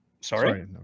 Sorry